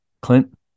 Clint